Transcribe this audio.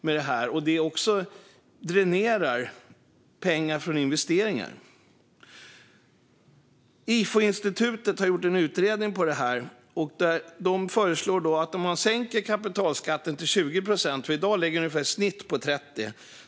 Det dränerar också pengar från investeringar. IFO-institutet har gjort en utredning av detta. De föreslår att man sänker kapitalskatten till 20 procent - i dag ligger den i snitt på 30.